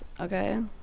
Okay